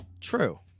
True